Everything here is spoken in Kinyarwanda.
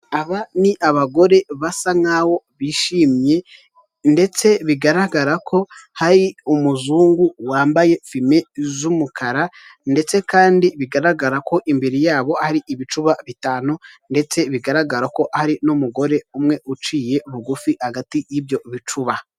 Aba ni abagore basa nkaho bishimye ndetse bigaragara ko hari umuzungu wambaye fime z'umukara, ndetse kandi bigaragara ko imbere yabo hari ibicuba bitanu, ndetse bigaragara ko ari n'umugore umwe uciye bugufi hagati y'ibyo bicuba.